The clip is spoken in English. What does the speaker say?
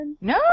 No